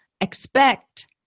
expect